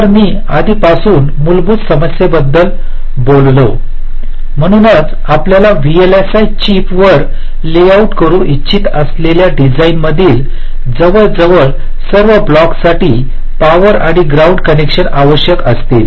तर मी आधीपासून मूलभूत समस्येबद्दल बोललो म्हणूनच आपल्याला व्हीएलएसआय चिप वर लेआउट करू इच्छित असलेल्या डिझाइनमधील जवळजवळ सर्व ब्लॉक्ससाठी पॉवर आणि ग्राउंड कनेक्शन आवश्यक असतील